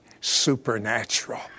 supernatural